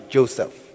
Joseph